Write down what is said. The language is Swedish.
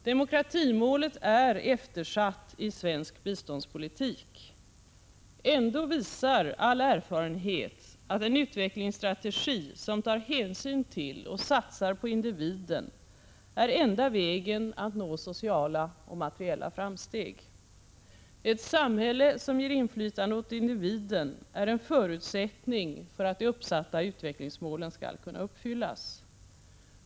Demokratimålet är eftersatt i svensk biståndspolitik. Ändå visar all erfarenhet att en utvecklingsstrategi som tar hänsyn till och satsar på individen är enda vägen att nå sociala och materiella framsteg. Ett samhälle som ger inflytande åt individen är en förutsättning för att de uppsatta utvecklingsmålen skall kunna uppfyllas.